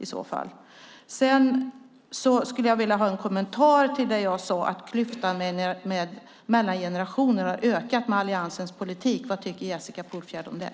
Jag skulle vilja ha en kommentar till det jag sade om att klyftan mellan generationer har ökat med alliansens politik. Vad tycker Jessica Polfjärd om det?